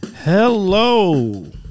Hello